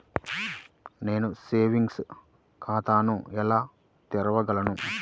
నేను సేవింగ్స్ ఖాతాను ఎలా తెరవగలను?